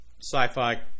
sci-fi